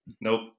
Nope